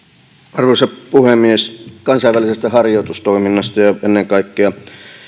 arvoisa puhemies kansainvälisestä harjoitustoiminnasta ja ennen kaikkea